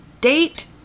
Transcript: date